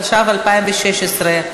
התשע"ו 2016,